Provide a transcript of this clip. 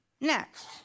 Next